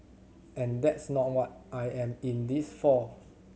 and that's not what I am in this for